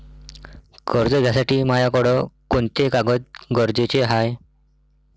कर्ज घ्यासाठी मायाकडं कोंते कागद गरजेचे हाय?